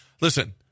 Listen